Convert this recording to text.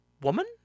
woman